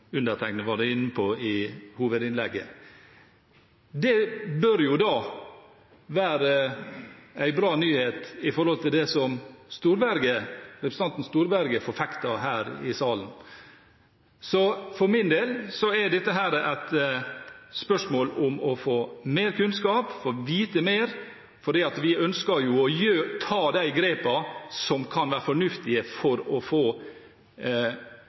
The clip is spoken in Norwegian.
undertegnede var inne på i hovedinnlegget. Det bør da være en bra nyhet med tanke på det som representanten Storberget forfekter her i salen. For min del er dette et spørsmål om å få mer kunnskap og få vite mer, fordi vi ønsker å ta de grepene som kan være fornuftige for å få